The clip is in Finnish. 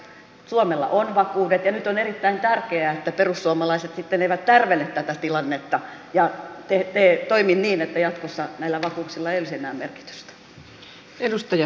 suomella on vakuudet ja nyt on erittäin tärkeää että perussuomalaiset sitten eivät tärvele tätä tilannetta ja toimi niin että jatkossa näillä vakuuksilla ei olisi enää merkitystä